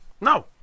No